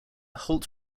holt